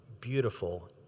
beautiful